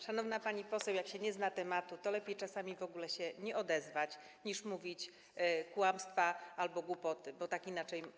Szanowna pani poseł, jak się nie zna tematu, to czasami lepiej w ogóle się nie odezwać niż mówić kłamstwa albo głupoty, bo tak inaczej.